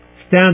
stand